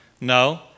No